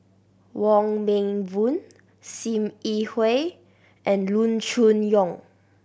Wong Meng Voon Sim Yi Hui and Loo Choon Yong